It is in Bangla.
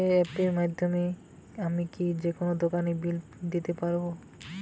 ইউ.পি.আই অ্যাপের মাধ্যমে আমি কি যেকোনো দোকানের বিল দিতে পারবো?